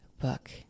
book